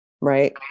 right